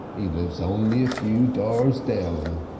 he lives only a few doors down,